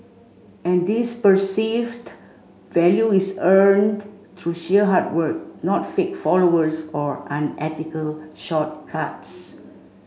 and this perceived value is earned through sheer hard work not fake followers or unethical shortcuts